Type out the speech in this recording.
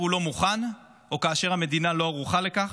הוא לא מוכן או כאשר המדינה לא ערוכה לכך.